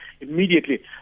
immediately